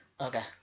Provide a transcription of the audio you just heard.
Okay